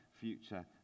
future